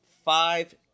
five